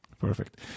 Perfect